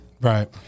Right